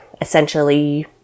essentially